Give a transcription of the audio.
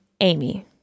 Amy